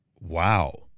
Wow